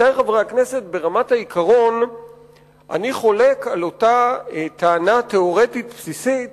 ברמת העיקרון אני חולק על הטענה התיאורטית הבסיסית